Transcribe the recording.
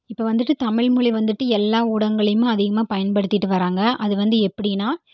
இப்போ வந்துட்டு தமிழ் மொழி வந்துட்டு எல்லா ஊடகங்கள்லையும் அதிகமாக பயன்படுத்திகிட்டு வராங்க அது வந்து எப்படினா